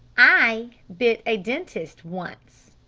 i bit a dentist once,